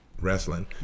wrestling